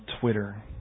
Twitter